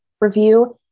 review